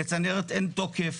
לצנרת אין תוקף,